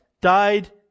died